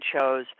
shows